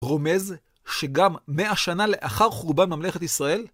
רומז שגם מאה שנה לאחר חורבן ממלכת ישראל